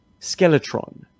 Skeletron